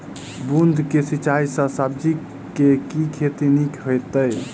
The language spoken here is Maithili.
बूंद कऽ सिंचाई सँ सब्जी केँ के खेती नीक हेतइ?